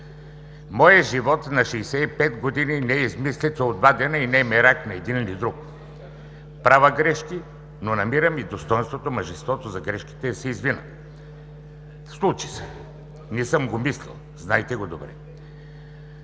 Моят живот – на 65 г., не е измислица от два дена и не е мерак на един или друг. Правя грешки, но намирам и достойнството, и мъжеството да се извиня. Случи се. Не съм го мислел, знаете го добре.